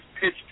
pitch